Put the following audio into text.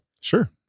Sure